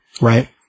Right